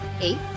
eight